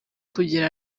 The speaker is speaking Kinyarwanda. kugera